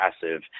passive